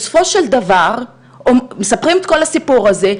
בסופו של דבר הם מספרים את כל הסיפור הזה,